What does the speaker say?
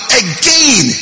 again